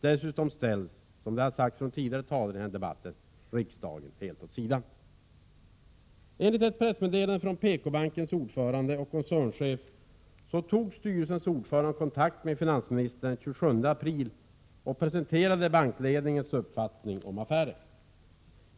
Dessutom ställs, som har sagts tidigare i debatten, riksdagen helt åt sidan. Enligt ett pressmeddelande från PKbankens ordförande och koncernchef tog styrelsens ordförande kontakt med finansministern den 27 april och presenterade bankledningens uppfattning om affären.